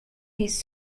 his